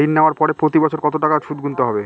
ঋণ নেওয়ার পরে প্রতি বছর কত টাকা সুদ গুনতে হবে?